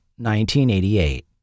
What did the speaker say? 1988